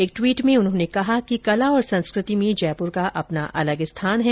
एक ट्वीट में उन्होंने कहा कि कला और संस्कृति में जयपुर का अपना अलग स्थान है